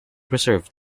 preserve